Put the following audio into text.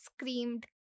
screamed